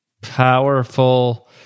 Powerful